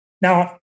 Now